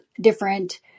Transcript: different